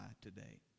today